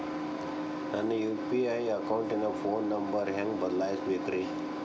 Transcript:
ನನ್ನ ಯು.ಪಿ.ಐ ಅಕೌಂಟಿನ phone number ಹೆಂಗ್ ಬದಲಾಯಿಸ ಬೇಕ್ರಿ?